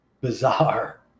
bizarre